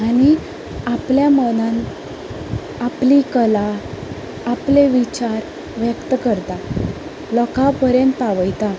आनी आपल्या मनान आपली कला आपले विचार व्यक्त करता लोका पर्यांत पावयता